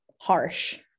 harsh